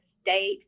state